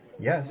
Yes